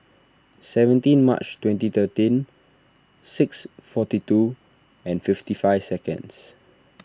seventeen March twenty thirteen six forty two and fifty five seconds